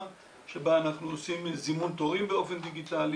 שבה אנחנו עושים זימון תורים באופן דיגיטלי.